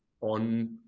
on